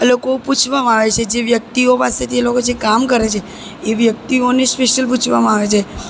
એ લોકો પૂછવામાં આવે છે જે વ્યક્તિઓ પાસેથી એ લોકો જે કામ કરે છે એ વ્યક્તિઓને સ્પેસિયલ પૂછવામાં આવે છે